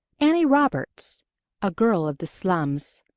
annie roberts a girl of the slums.